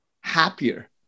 happier